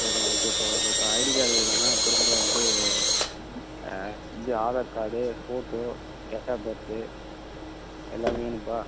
சரி ஓகேப்பா ஓகேப்பா ஐடி கார்ட் வேணும்னா திரும்ப வந்து இது Aadhaar card photo date of birth எல்லாம் வேணும்ப்பா